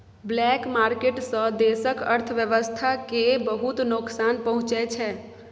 black market सँ देशक अर्थव्यवस्था केँ बहुत नोकसान पहुँचै छै